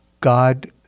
God